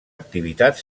activitat